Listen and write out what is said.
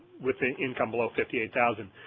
with an income below fifty eight thousand.